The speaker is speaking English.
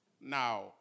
Now